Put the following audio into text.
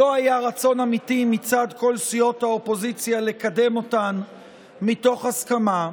לא היה רצון אמיתי מצד כל סיעות האופוזיציה לקדם אותן מתוך הסכמה,